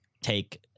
take